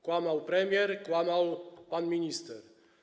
Kłamał premier, kłamał pan minister.